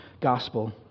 gospel